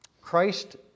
Christ